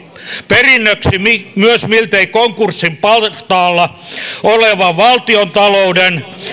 perinnöksi myös miltei konkurssin partaalla olevan valtiontalouden